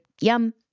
Yum